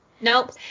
Nope